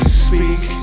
speak